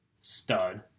stud